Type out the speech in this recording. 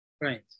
Right